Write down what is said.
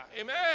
amen